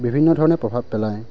বিভিন্ন ধৰণে প্ৰভাৱ পেলায়